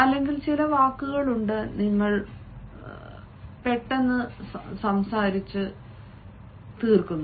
അല്ലെങ്കിൽ ചില വാക്കുകൾ ഉണ്ട് നിങ്ങൾ ഓടുന്നുവെന്നോ അല്ലെങ്കിൽ നിങ്ങൾ ചാടുകയാണെന്നോ തോന്നുന്നു